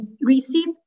received